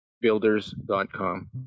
builders.com